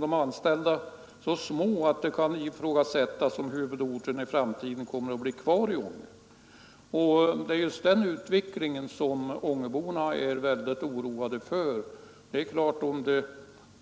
de anställda, så små att det ifrågasättes om huvudorten i framtiden kommer att bli kvar i Ånge. Det är just den utvecklingen som Ångeborna är oroade av.